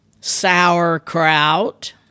sauerkraut